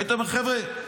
היית אומר: חבר'ה,